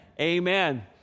Amen